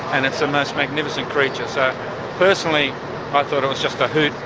and it's the most magnificent creature. so personally i thought it was just a hoot.